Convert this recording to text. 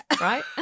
right